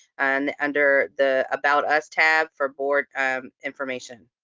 and under the about us tab for board information.